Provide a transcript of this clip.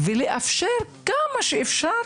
ולאפשר לחולים להשיג